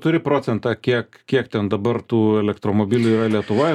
turi procentą kiek kiek ten dabar tų elektromobilių yra lietuvoj